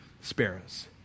sparrows